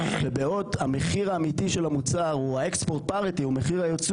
ובעוד האמיתי של המוצר הוא מחיר הייצוא,